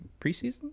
preseason